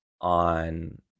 on